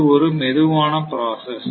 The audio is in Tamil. இது ஒரு மெதுவான ப்ராசஸ்